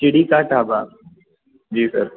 ਚਿੜੀ ਦਾ ਢਾਬਾ ਜੀ ਸਰ